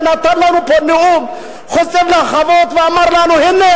שנתן לנו פה נאום חוצב להבות ואמר לנו: הנה,